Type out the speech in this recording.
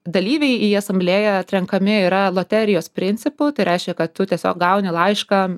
dalyviai į asamblėją atrenkami yra loterijos principu tai reiškia kad tu tiesiog gauni laišką